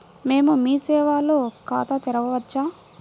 మేము మీ సేవలో ఖాతా తెరవవచ్చా?